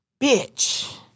bitch